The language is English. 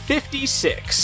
Fifty-six